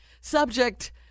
Subject